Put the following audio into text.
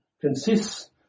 consists